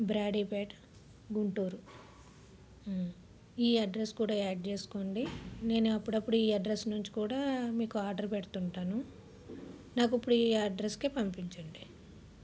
బ్రాడీపేట్ గుంటూరు ఈ అడ్రసు కూడా యాడ్ చేసుకోండి నేను అప్పుడప్పుడు ఈ అడ్రస్ నుంచి కూడా మీకు ఆర్డర్ పెడుతుంటాను నాకు ఇప్పుడు ఈ అడ్రస్సుకే పంపించండి